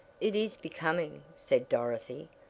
it is becoming, said dorothy.